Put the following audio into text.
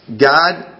God